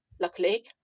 luckily